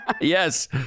Yes